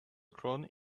crowd